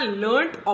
learned